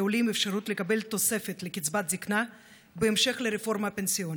עולים אפשרות לקבל תוספת לקצבת זקנה בהמשך לרפורמה הפנסיונית.